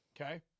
Okay